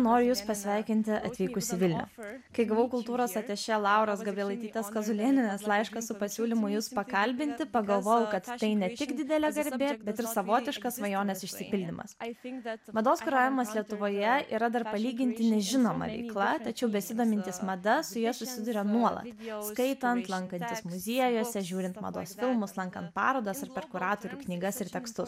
noriu jus pasveikinti atvykus į vilnių kai gavau kultūros atašė lauros gabrielaitytės kazulėnienės laišką su pasiūlymu jus pakalbinti pagalvojau kad tai ne tik didelė garbė bet ir savotiškas svajonės išsipildymas mados kuravimas lietuvoje yra dar palyginti nežinoma veikla tačiau besidomintys mada su ja susiduria nuolat skaitant lankantis muziejuose žiūrint mados filmus lankant parodas ir per kuratorių knygas ir tekstus